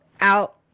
out